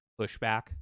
pushback